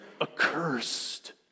accursed